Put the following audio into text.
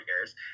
years